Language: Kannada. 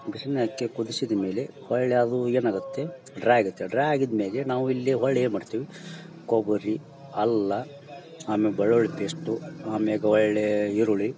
ಬಿಸ್ನಿ ಆಕಿ ಕುದಿಸಿದ ಮೇಲೆ ಹೊಳ್ಳಿ ಅದು ಏನಾಗತ್ತೆ ಡ್ರೈ ಆಗತ್ತೆ ಡ್ರೈ ಆಗಿದ್ಮೇಗೆ ನಾವಿಲ್ಲಿ ಹೊಳ್ಳಿ ಏನ್ಮಾಡ್ತೇವಿ ಕೊಬ್ಬರಿ ಅಲ್ಲ ಆಮೇಗ ಬೆಳ್ಳುಳ್ಳಿ ಪೇಸ್ಟು ಆಮೇಗೆ ಒಳ್ಳೇಯ ಈರುಳ್ಳಿ